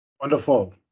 Wonderful